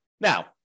Now